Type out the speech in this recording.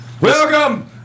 welcome